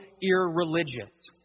irreligious